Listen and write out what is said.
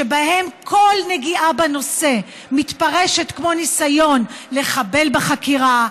שבהם כל נגיעה בנושא מתפרשת כניסיון לחבל בחקירה,